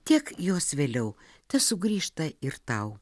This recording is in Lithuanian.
tiek jos vėliau tesugrįžta ir tau